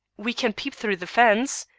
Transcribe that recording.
we can peep through the fence.